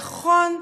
נכון,